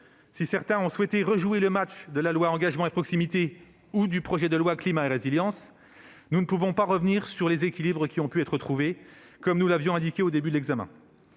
Si certains ont souhaité rejouer le match de la loi Engagement et proximité ou du projet de loi Climat et résilience, nous ne pouvons pas revenir sur les équilibres qui ont pu être trouvés, comme nous l'avions indiqué au début de l'examen.